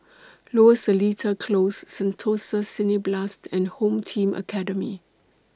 Lower Seletar Close Sentosa Cineblast and Home Team Academy